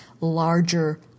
larger